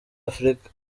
africa